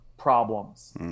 problems